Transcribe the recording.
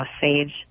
sage